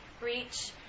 reach